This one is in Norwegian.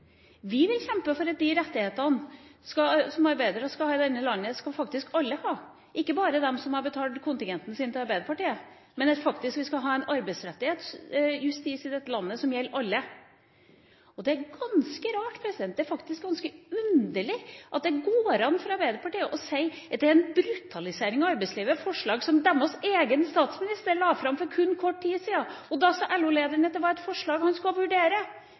Vi vil kjempe for at de rettighetene som arbeidere skal ha i dette landet, de skal alle ha, ikke bare de som har betalt kontingenten sin til Arbeiderpartiet. Vi mener at vi skal ha en arbeidsrettighetsjustis i dette landet som gjelder alle. Det er ganske rart, det er faktisk ganske underlig, at det går an for Arbeiderpartiet å si at dette er en brutalisering av arbeidslivet. Dette er forslag som deres egen statsminister la fram for kun kort tid siden, og da sa LO-lederen at det var et forslag han skulle vurdere.